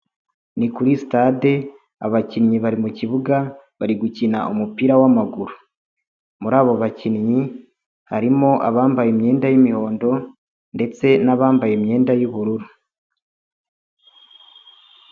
Ni kuri sitade abakinnyi bari mu kibuga, bari gukina umupira w'amaguru, muri abo bakinnyi harimo abambaye imyenda y'umuhondo ndetse n'abambaye imyenda y'ubururu.